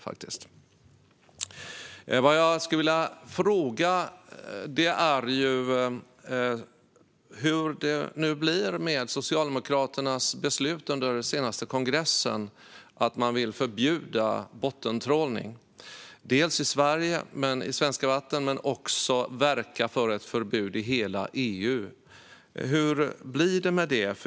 Jag skulle vilja fråga hur det blir med Socialdemokraternas beslut under den senaste kongressen. Man ville förbjuda bottentrålning i svenska vatten men också verka för ett förbud i hela EU. Hur blir det med det?